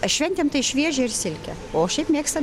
a šventėm tai šviežią ir silkę o šiaip mėgstam ir